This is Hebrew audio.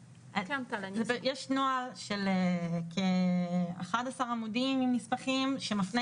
יש נוהל של כ-11 עמודים עם נספחים שמפנה